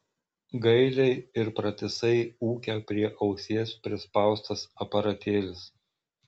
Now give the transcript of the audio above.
gailiai ir pratisai ūkia prie ausies prispaustas aparatėlis